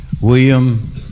William